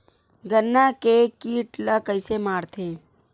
गन्ना के कीट ला कइसे मारथे?